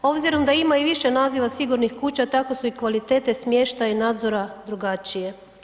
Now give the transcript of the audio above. Obzirom da ima i više naziva sigurnih kuća, tako su i kvalitete smještaja i nadzora drugačije.